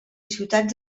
ciutats